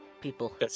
People